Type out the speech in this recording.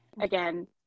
Again